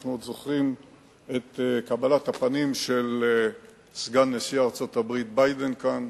אנחנו זוכרים את קבלת הפנים של סגן נשיא ארצות-הברית ביידן כאן,